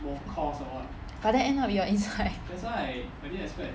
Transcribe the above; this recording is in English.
but then end up you are inside